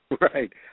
Right